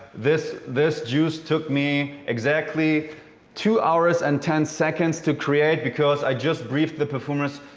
this this juice took me exactly two hours and ten seconds to create because i just briefed the perfumist.